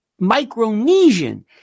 Micronesian